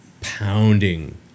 pounding